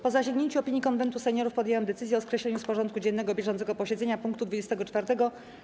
Po zasięgnięciu opinii Konwentu Seniorów podjęłam decyzję o skreśleniu z porządku dziennego bieżącego posiedzenia punktu 24.